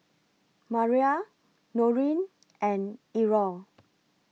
Maria Norine and Errol